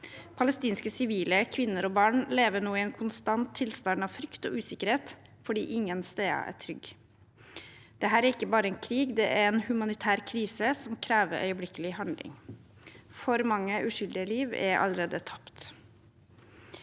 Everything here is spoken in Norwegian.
Palestinske sivile, kvinner og barn, lever nå i en konstant tilstand av frykt og usikkerhet fordi ingen steder er trygge. Dette er ikke bare en krig, det er en humanitær krise som krever øyeblikkelig handling. For mange uskyldige liv er allerede tapt.